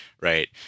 right